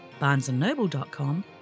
barnesandnoble.com